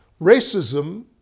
Racism